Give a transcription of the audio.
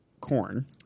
corn